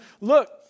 look